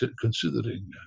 considering